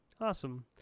Awesome